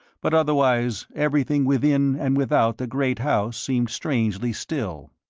but otherwise everything within and without the great house seemed strangely still.